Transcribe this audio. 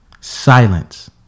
Silence